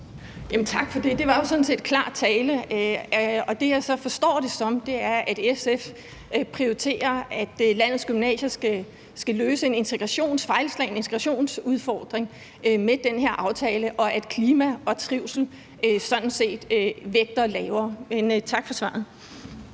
Tak for det. Det var jo sådan set klar tale. Det, jeg så forstår, er, at SF prioriterer, at landets gymnasier skal løse udfordringen med en fejlslagen integration med den her aftale, og at klima og trivsel sådan set vejer mindre. Men tak for svaret.